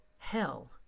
Hell